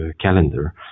calendar